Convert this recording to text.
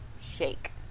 shake